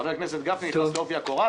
חבר הכנסת גפני נכנס לעובי הקורה,